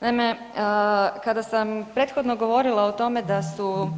Naime, kada sam prethodno govorila o tome da su